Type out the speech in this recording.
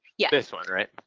yeah this one, right?